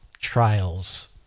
trials